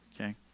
okay